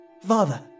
Father